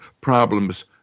problems